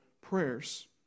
prayers